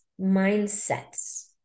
mindsets